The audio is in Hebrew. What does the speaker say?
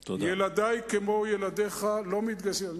ילדי, כמו ילדיך, לא מתגייסים, תודה.